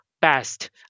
best